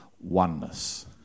oneness